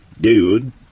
dude